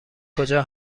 کجا